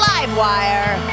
LiveWire